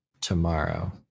tomorrow